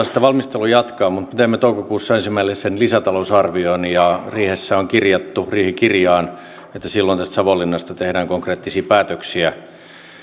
sitä valmistelua jatkaa mutta me teemme toukokuussa ensimmäisen lisätalousarvion ja riihessä on kirjattu riihikirjaan että silloin tästä savonlinnasta tehdään konkreettisia päätöksiä